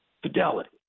Fidelity